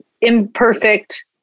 imperfect